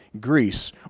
Greece